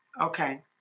Okay